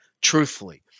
truthfully